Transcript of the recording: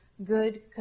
good